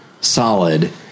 solid